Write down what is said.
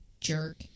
jerk